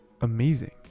amazing